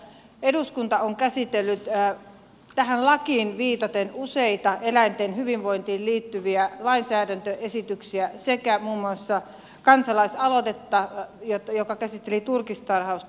eduskunta on käsitellyt tähän lakiin viitaten useita eläinten hyvinvointiin liittyviä lainsäädäntöesityksiä sekä muun muassa kansalaisaloitetta joka käsitteli turkistarhausta